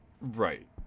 right